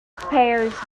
pears